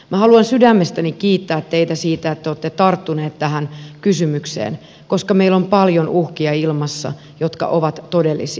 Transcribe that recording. minä haluan sydämestäni kiittää teitä siitä että te olette tarttuneet tähän kysymykseen koska meillä on ilmassa paljon uhkia jotka ovat todellisia